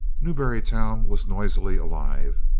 newbury town was noisily alive.